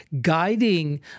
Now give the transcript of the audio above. guiding